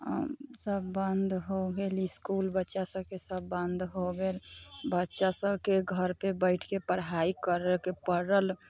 सब बन्द हो गेल इसकुल बच्चा सबके सब बन्द हो गेल बच्चा सबके घरपर बैठिके पढाई करऽके पड़ल